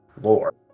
Lore